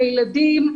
לילדים,